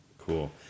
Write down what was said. Cool